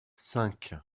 cinq